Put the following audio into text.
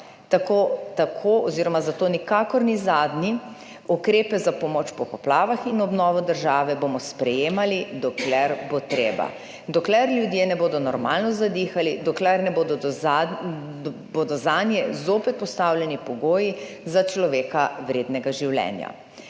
tako oziroma zato nikakor ni zadnji, ukrepe za pomoč po poplavah in obnovo države bomo sprejemali dokler bo treba, dokler ljudje ne bodo normalno zadihali, dokler bodo zanje zopet postavljeni pogoji za človeka vrednega življenja.